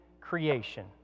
creation